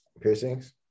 piercings